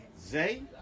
Zay